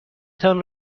تان